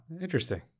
interesting